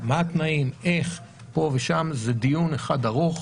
מה התנאים, איך, זה דיון אחד ארוך,